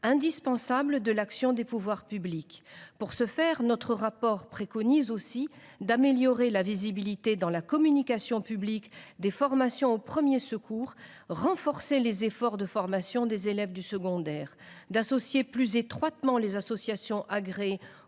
indispensables de l’action des pouvoirs publics. Pour ce faire, notre rapport préconise aussi d’améliorer la visibilité, une meilleure communication publique, des formations aux premiers secours, de renforcer les efforts de formation des élèves du secondaire, d’associer plus étroitement les associations agréées